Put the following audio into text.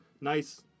nice